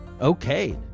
okay